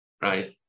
right